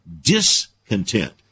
discontent